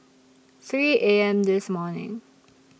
three A M This morning